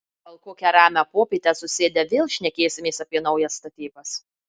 gal kokią ramią popietę susėdę vėl šnekėsimės apie naujas statybas